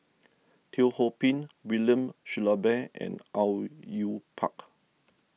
Teo Ho Pin William Shellabear and Au Yue Pak